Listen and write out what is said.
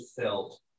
felt